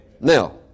Now